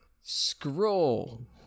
scroll